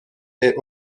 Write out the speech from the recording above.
est